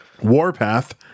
Warpath